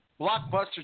blockbuster